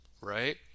right